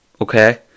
okay